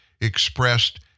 expressed